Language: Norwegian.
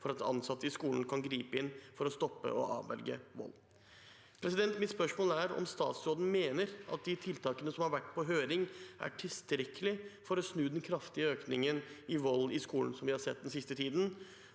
for at ansatte i skolen kan gripe inn for å stoppe og avverge vold. Mitt spørsmål er om statsråden mener at de tiltakene som har vært på høring, er tilstrekkelige for å snu den kraftige økningen i vold i skolen som vi har sett den siste tiden,